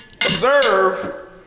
Observe